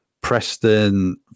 Preston